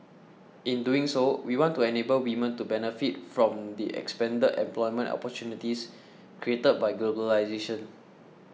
in doing so we want to enable women to benefit from the expanded employment opportunities created by globalisation